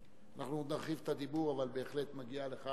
אנחנו עוד נרחיב את הדיבור, אבל בהחלט מגיעה לך